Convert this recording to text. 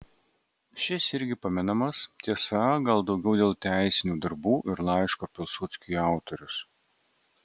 šis irgi pamenamas tiesa gal daugiau dėl teisinių darbų ir laiško pilsudskiui autorius